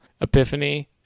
epiphany